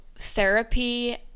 therapy